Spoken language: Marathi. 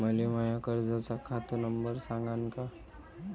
मले माया कर्जाचा खात नंबर सांगान का?